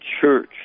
church